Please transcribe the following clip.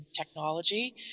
technology